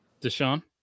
Deshaun